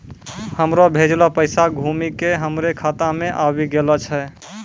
हमरो भेजलो पैसा घुमि के हमरे खाता मे आबि गेलो छै